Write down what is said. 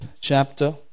chapter